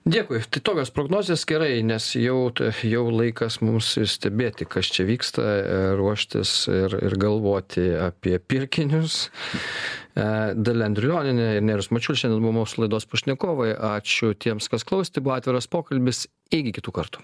dėkui kitokios prognozės gerai nes jau tuoj jau laikas mums stebėti kas čia vyksta ruoštis ir ir galvoti apie pirkinius a dalia andriulionienė ir nerijus mačiulis šiandien mu mūsų laidos pašnekovai ačiū tiems kas klausė tai buvo atviras pokalbis iki kitų kartų